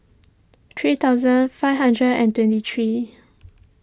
three thousand five hundred and twenty three